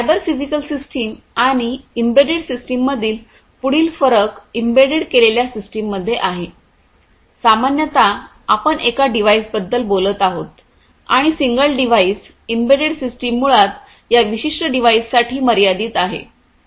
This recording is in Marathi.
सायबर फिजिकल सिस्टम आणि एम्बेडेड सिस्टममधील पुढील फरक एम्बेड केलेल्या सिस्टममध्ये आहे सामान्यत आपण एका डिव्हाइसबद्दल बोलत आहात आणि सिंगल डिव्हाइस एम्बेडेड सिस्टम मुळात या विशिष्ट डिव्हाइससाठी मर्यादित आहे